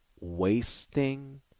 wasting